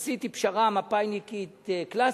עשיתי פשרה מפא"יניקית קלאסית.